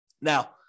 Now